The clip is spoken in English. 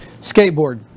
skateboard